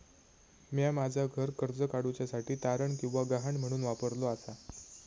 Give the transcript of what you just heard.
म्या माझा घर कर्ज काडुच्या साठी तारण किंवा गहाण म्हणून वापरलो आसा